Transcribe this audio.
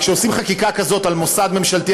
כשעושים חקיקה כזאת על מוסד ממשלתי,